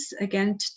again